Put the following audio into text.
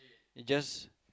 is just